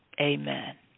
Amen